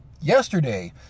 yesterday